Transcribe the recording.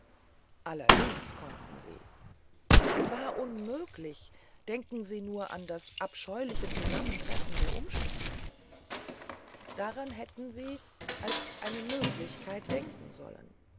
allerdings konnten sie es war unmöglich denken sie nur an das abscheuliche zusammentreffen der umstände daran hätten sie als eine möglichkeit denken sollen